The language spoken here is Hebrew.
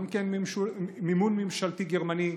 גם כן מימון ממשלתי גרמני,